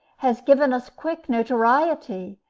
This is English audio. has given us quick notoriety.